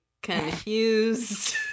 Confused